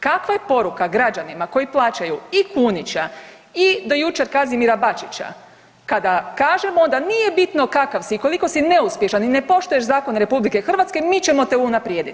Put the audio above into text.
Kakva je poruka građanima koji plaćaju i Kunića i do jučer Kazimira Bačića, kada kažemo da nije bitno kakav si i koliko si neuspješan i ne poštuješ zakone RH mi ćemo te unaprijediti.